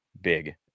big